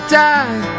die